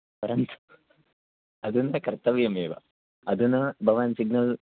परन्तु अधुना कर्तव्यमेव अधुना भवान् सिग्नल्